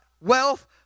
wealth